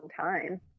time